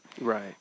Right